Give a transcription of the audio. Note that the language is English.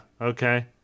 okay